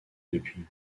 depuis